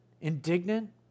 indignant